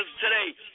today